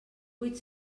vuit